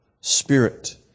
Spirit